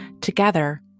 Together